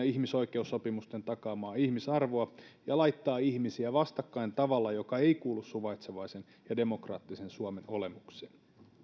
ihmisoikeussopimusten takaamaa ihmisarvoa ja laittaa ihmisiä vastakkain tavalla joka ei kuulu suvaitsevaisen ja demokraattisen suomen olemukseen